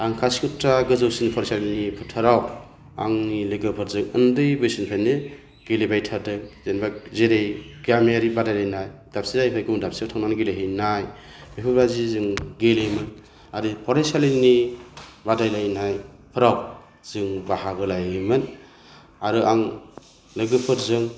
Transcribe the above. आं कासिकत्रा गोजौसिन फरायसालिनि फोथाराव आंनि लोगोफोरजों उन्दै बैसोनिफ्रायनो गेलेबाय थादों जेनबा जेरै गामियारि बादायलायनाय दाबसे जायगानि गुबुन दाबसेयाव थांनानै गेलेहैनाय बेफोरबादि जों गेलेयोमोन आरो फरायसालिनि बादायलायनायफोराव जों बाहागो लायोमोन आरो आं लोगोफोरजों